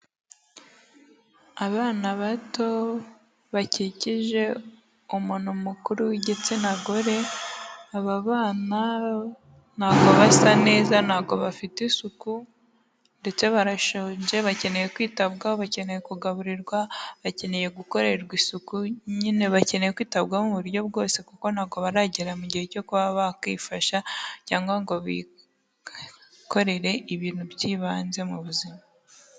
Abana bato bakikije umuntu mukuru w'igitsina gore ababana ntabwo basa neza ntago bafite isuku ndetse barashonje bakeneye kwitabwaho bakeneye kugaburirwa bakeneye gukorerwa isuku nyine bakeneye kwitabwaho mu buryo bwose kuko ntabwo baragera mu gihe cyo kuba bakwifasha cyangwa ngo bikorere ibintu by'ibanze mu buzima.